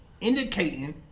indicating